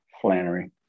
Flannery